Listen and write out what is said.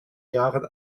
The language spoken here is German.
jahren